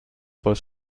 por